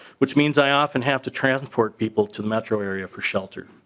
which means i often have to travel for people to the metro area for shelter.